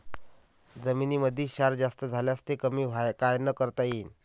जमीनीमंदी क्षार जास्त झाल्यास ते कमी कायनं करता येईन?